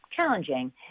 challenging